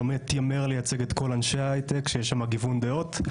לא מתיימר לייצג את כל אנשי ההיי-טק שיש שמה גיוון דעות,